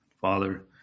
Father